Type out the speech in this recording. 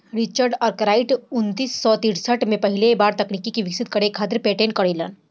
Richard Arkwright उन्नीस सौ तिरसठ में पहिला बेर तकनीक के विकसित करे खातिर पेटेंट करइलन